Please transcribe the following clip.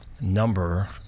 Number